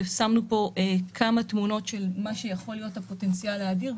הצגנו פה כמה תמונות של מה שיכול להיות הפוטנציאל האדיר.